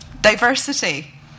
diversity